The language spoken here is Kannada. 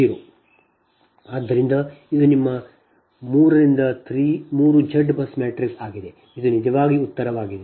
3500 ಆದ್ದರಿಂದ ಇದು ನಿಮ್ಮ 3 ರಿಂದ 3 Z ಬಸ್ ಮ್ಯಾಟ್ರಿಕ್ಸ್ ಆಗಿದೆ ಇದು ನಿಜವಾಗಿ ಉತ್ತರವಾಗಿದೆ